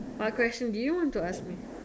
what question do you want to ask me